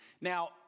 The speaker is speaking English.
Now